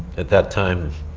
at that time